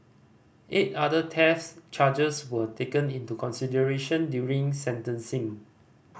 eight other theft charges were taken into consideration during sentencing